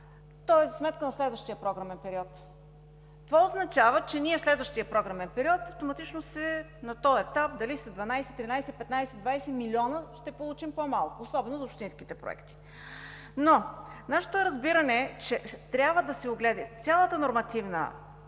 то е за сметка на следващия програмен период. Това означава, че ние в следващия програмен период автоматично на този етап – дали са 12, 13, 15 – 20 милиона, ще получим по-малко, особено в общинските проекти. Но нашето разбиране е, че трябва да се огледа цялата нормативна